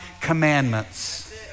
commandments